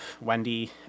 Wendy